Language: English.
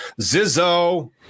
Zizzo